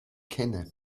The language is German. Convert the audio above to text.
kenne